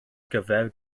gyfer